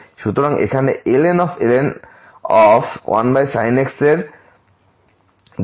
সুতরাং এখানে ln 1sin x এর ডেরিভেটিভ হবে sin x